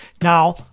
Now